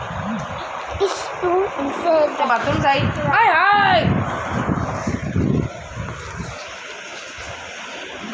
Bacteria জনিত রোগ ও গোড়া পচা রোগ কোন দেশে বেশি দেখা যায়?